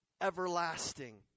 everlasting